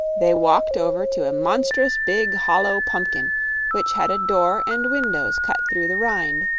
they walked over to a monstrous big, hollow pumpkin which had a door and windows cut through the rind.